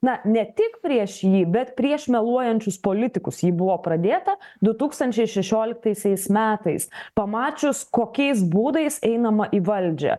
na ne tik prieš jį bet prieš meluojančius politikus ji buvo pradėta du tūkstančiai šešioliktaisiais metais pamačius kokiais būdais einama į valdžią